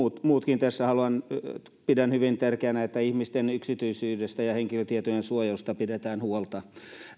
muutkin täällä pidän hyvin tärkeänä että ihmisten yksityisyydestä ja henkilötietojen suojasta pidetään huolta